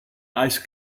ice